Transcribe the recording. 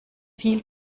viel